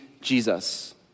Jesus